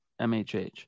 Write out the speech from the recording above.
MHH